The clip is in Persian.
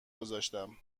گذاشتم